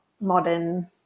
modern